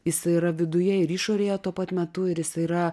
jis yra viduje ir išorėje tuo pat metu ir jis yra